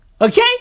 Okay